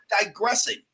digressing